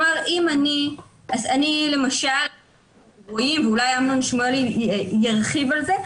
אולי אמנון שמואלי ירחיב על זה.